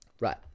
Right